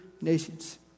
nations